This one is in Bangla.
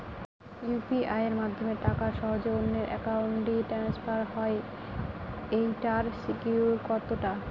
ইউ.পি.আই মাধ্যমে টাকা সহজেই অন্যের অ্যাকাউন্ট ই ট্রান্সফার হয় এইটার সিকিউর কত টা?